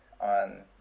on